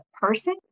person